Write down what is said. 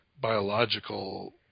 biological